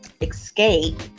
escape